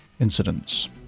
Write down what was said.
incidents